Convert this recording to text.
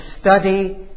study